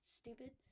stupid